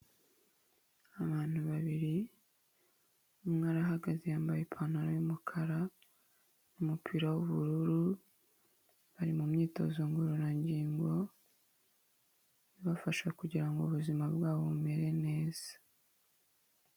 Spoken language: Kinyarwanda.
Abantu babiri, umwe arahagaze yambaye ipantaro y'umukara n'umupira w'ubururu, bari mu myitozo ngororangingo, ibafasha kugira ngo ubuzima bwabo bumere neza.